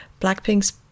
Blackpink's